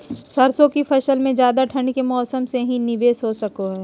सरसों की फसल में ज्यादा ठंड के मौसम से की निवेस हो सको हय?